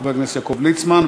חבר הכנסת יעקב ליצמן,